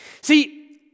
See